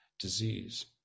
disease